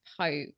hope